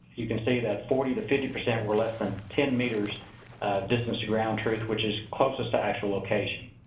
you can see that forty to fifty percent were less than ten meters distance to ground truth, which is closest to actual location.